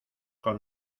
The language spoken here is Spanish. con